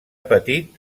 petit